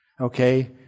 Okay